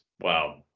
Wow